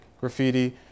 graffiti